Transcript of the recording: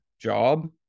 job